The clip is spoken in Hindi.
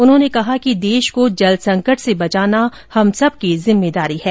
उन्होंने कहा कि देश को जल संकट से बचाना हम सबकी जिम्मेदारी है